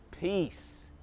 Peace